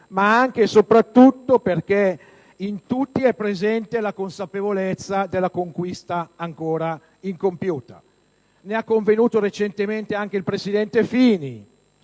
ma anche e soprattutto perché in tutti è presente la consapevolezza della conquista ancora incompiuta. Ne ha convenuto recentemente anche il presidente Fini,